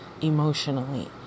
emotionally